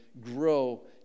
grow